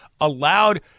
allowed